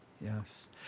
Yes